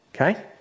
okay